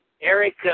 Eric